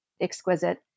exquisite